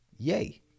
yay